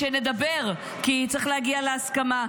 -- ושנדבר, כי צריך להגיע להסכמה.